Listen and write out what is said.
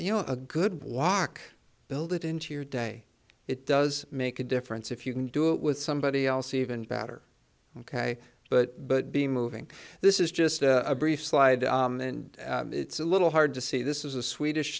you know a good walk build it into your day it does make a difference if you can do it with somebody else even better ok but but be moving this is just a brief slide and it's a little hard to see this is a swedish